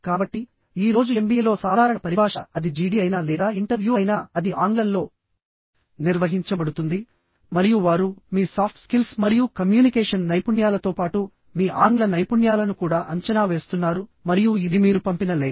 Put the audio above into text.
కాబట్టి ఈ రోజు MBA లో సాధారణ పరిభాష అది GD అయినా లేదా ఇంటర్వ్యూ అయినా అది ఆంగ్లంలో నిర్వహించబడుతుంది మరియు వారు మీ సాఫ్ట్ స్కిల్స్ మరియు కమ్యూనికేషన్ నైపుణ్యాలతో పాటు మీ ఆంగ్ల నైపుణ్యాలను కూడా అంచనా వేస్తున్నారు మరియు ఇది మీరు పంపిన లేఖ